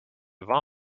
vomit